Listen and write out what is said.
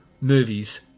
movies